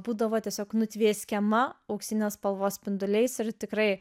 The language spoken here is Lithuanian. būdavo tiesiog nutvieskiama auksinės spalvos spinduliais ir tikrai